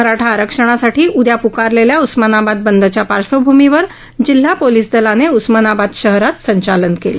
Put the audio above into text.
मराठा आरक्षणासाठी उद्या पुकारलेल्या उस्मानाबाद बंदच्या पार्श्वभूमीवर जिल्हा पोलीस दलाने उस्मानाबाद शहरात संचालन केले